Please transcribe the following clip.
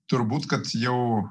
turbūt kad jau